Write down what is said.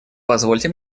позвольте